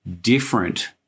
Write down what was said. different